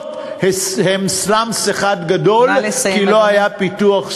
השכונות הן סלאמס אחד גדול כי לא היה פיתוח סביבתי.